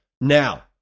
Now